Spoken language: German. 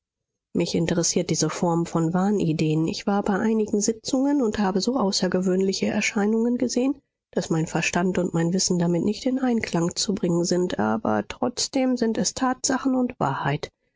mich interessiert diese form von wahnideen ich war bei einigen sitzungen und habe so außergewöhnliche erscheinungen gesehen daß mein verstand und mein wissen damit nicht in einklang zu bringen sind aber trotzdem sind es tatsachen und wahrheit